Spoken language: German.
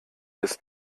bis